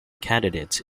candidates